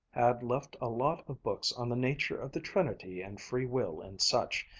had left a lot of books on the nature of the trinity and free will and such.